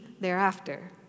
thereafter